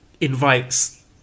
invites